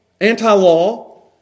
anti-law